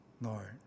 Lord